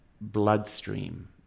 bloodstream